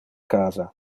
casa